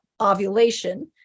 ovulation